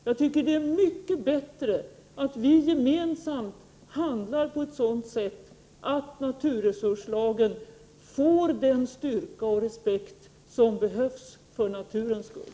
Jag tycker att det är mycket bättre att vi gemensamt handlar på ett sådant sätt att naturresurslagen får den styrka och respekt som behövs för naturens skull.